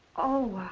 oh,